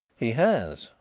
he has,